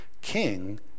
king